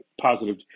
positive